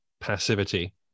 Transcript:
passivity